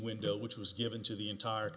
window which was given to the entire